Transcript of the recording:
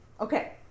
okay